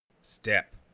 step